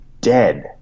dead